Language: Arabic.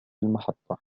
المحطة